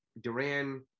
Duran